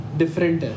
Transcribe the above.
different